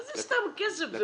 מה זה סתם כסף?